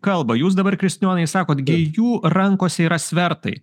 kalba jūs dabar kristijonai sakot gi jų rankose yra svertai